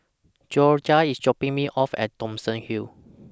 Jorja IS dropping Me off At Thomson Hill